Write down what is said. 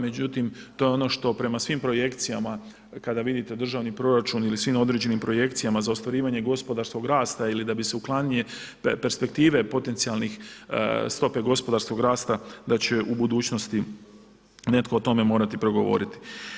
Međutim, to je ono što prema svim projekcijama kada vidite državni proračun ili ... na određenim projekcijama za ostvarivanje gospodarskog rasta ili da bi se uklanjanje perspektive potencijalnih stope gospodarskog rasta da će u budućnosti netko o tome morati progovoriti.